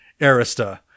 Arista